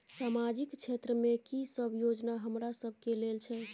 सामाजिक क्षेत्र में की सब योजना हमरा सब के लेल छै?